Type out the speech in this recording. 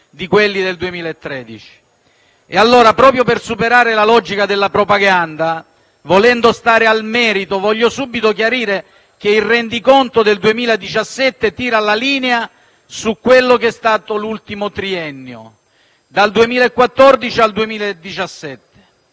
di quelle del 2013. Proprio per superare la logica della propaganda, volendo restare al merito, desidero allora subito chiarire che il rendiconto del 2017 tira la linea su quello che è stato l'ultimo triennio dal 2014 al 2017